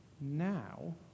now